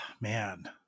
man